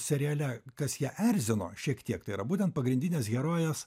seriale kas ją erzino šiek tiek tai yra būtent pagrindinės herojės